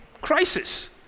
crisis